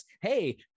Hey